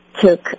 took